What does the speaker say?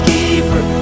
Keeper